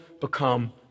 become